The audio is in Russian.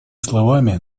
словами